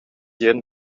диэн